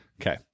Okay